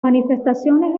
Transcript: manifestaciones